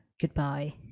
Goodbye